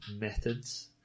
methods